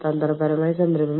താമസസ്ഥലം ക്രമീകരിക്കണം